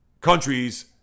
countries